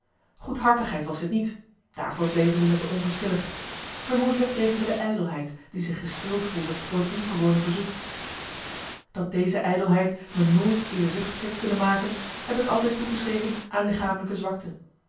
goedhartigheid was dit niet daarvoor bleven ze mij te onverschillig vermoedelijk dreef me de ijdelheid die zich gestreeld voelde door het ongewone verzoek dat deze ijdelheid me nooit eerzuchtig heeft kunnen maken heb ik altijd toegeschreven aan lichamelijke zwakte